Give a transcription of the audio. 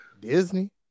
Disney